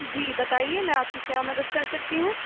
جی بتائیے میں آپ کی کیا مدد کر سکتی ہوں